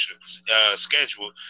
schedule